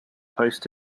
post